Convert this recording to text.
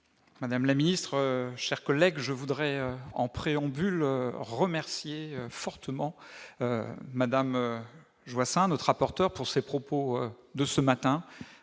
madame la ministre, mes chers collègues, je veux en préambule remercier fortement Sophie Joissains, notre rapporteur, de ses propos de ce matin,